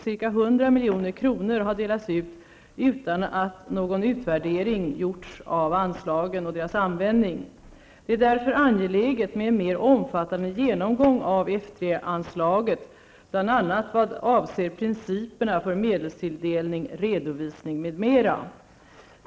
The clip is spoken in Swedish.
Ca 100 milj.kr. har delats ut utan att någon utvärdering gjorts av anslagen och deras användning. Det är därför angeläget med en mer omfattande genomgång av F3-anslaget, bl.a.